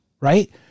Right